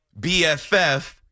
BFF